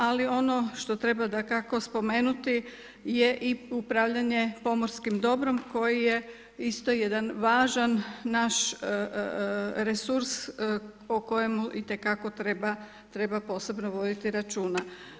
Ali ono što treba dakako i spomenuti je upravljanje pomorskim dobrom koji je isto jedan važan naš resurs o kojemu treba itekako posebno voditi računa.